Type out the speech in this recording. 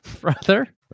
brother